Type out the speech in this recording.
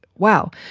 wow.